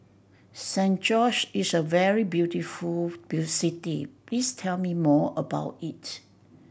San Jose is a very beautiful city please tell me more about it